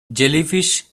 jellyfish